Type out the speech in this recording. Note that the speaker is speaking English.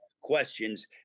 questions